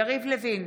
יריב לוין,